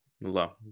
Hello